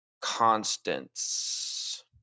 constants